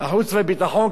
החוץ והביטחון,